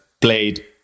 played